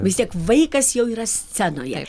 vis tiek vaikas jau yra scenoje